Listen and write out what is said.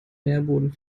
nährboden